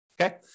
Okay